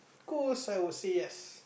ghost I would say yes